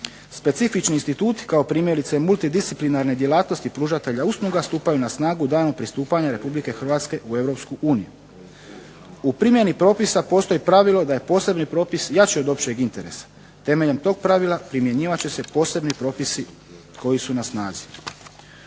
Specifični instituti kao primjerice multidisciplinarne djelatnosti pružatelja usluga stupaju na snagu danom pristupanja Republike Hrvatske u Europsku uniju. U primjeni propisa postoji pravilo da je posebni propis jači od općeg interesa, temeljem tog pravila primjenjivat će se posebni propisi koji su na snazi.